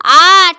আট